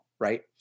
right